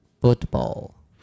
football